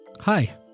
Hi